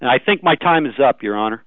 i think my time is up your honor